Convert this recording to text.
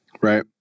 Right